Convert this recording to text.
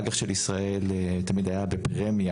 האג"ח של ישראל תמיד היה בפרמיה,